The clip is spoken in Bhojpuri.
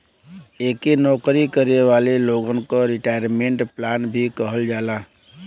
एके नौकरी करे वाले लोगन क रिटायरमेंट प्लान भी कहल जाला